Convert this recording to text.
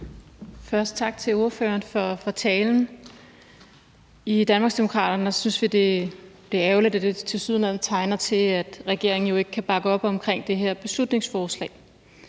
Først tak til ordføreren for talen. I Danmarksdemokraterne synes vi, det er ærgerligt, at det tilsyneladende tegner til, at regeringen ikke kan bakke op omkring det her beslutningsforslag.